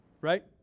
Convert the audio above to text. Right